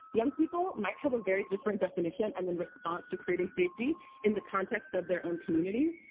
young people might have a very different definition and then response to creating safety in the context of their own community,